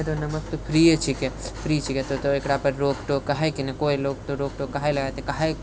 तैं दुआरे नमक तऽ फ्री छिके फ्री छिके तऽ एकरा पर रोक टोक काहेके कोइ लोक रोक टोक काहे लगा देते काहे